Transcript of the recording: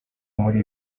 muri